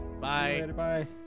Bye